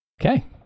Okay